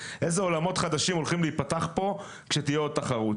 איזה עולמות חדשים הולכים להיפתח פה כשתהיה עוד תחרות.